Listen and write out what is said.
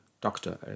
doctor